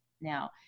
now